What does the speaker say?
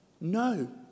No